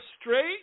straight